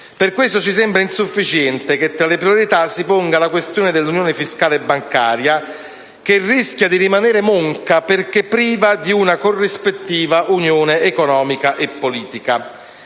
Per questo ci sembra insufficiente che tra le priorità si ponga la questione dell'unione fiscale e bancaria, che rischia di rimanere monca perché priva di una corrispettiva unione economica e politica.